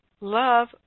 Love